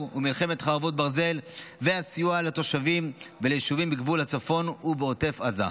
ומלחמת חרבות ברזל והסיוע לתושבים וליישובים בגבול הצפון ובעוטף עזה.